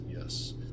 yes